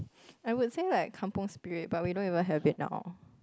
I would say like kampung Spirit but we don't even have it now